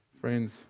Friends